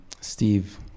Steve